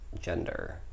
gender